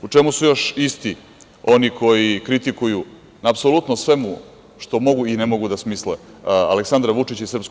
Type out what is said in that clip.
U čemu su još isti oni koji kritikuju apsolutno sve što mogu i ne mogu da smisle, Aleksandra Vučića i SNS?